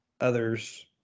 others